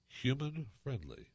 human-friendly